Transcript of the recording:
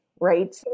Right